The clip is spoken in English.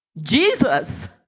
Jesus